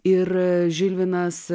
ir žilvinas